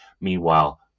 Meanwhile